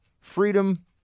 freedom